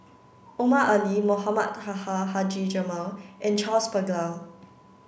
Omar Ali Mohamed Taha Haji Jamil and Charles Paglar